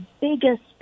biggest